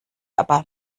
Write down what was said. aber